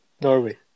Norway